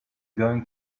going